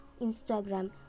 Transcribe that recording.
Instagram